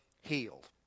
healed